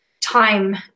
time